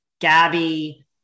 Gabby